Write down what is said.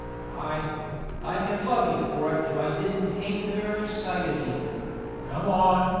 i i could love ee for it if i didn't hate the very sight of ee come on,